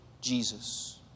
Jesus